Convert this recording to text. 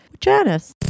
Janice